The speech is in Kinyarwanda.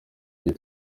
gihe